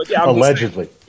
Allegedly